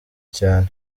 cyane